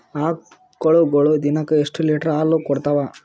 ಆಕಳುಗೊಳು ದಿನಕ್ಕ ಎಷ್ಟ ಲೀಟರ್ ಹಾಲ ಕುಡತಾವ?